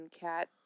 cat